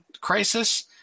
crisis